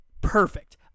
Perfect